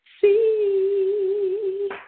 see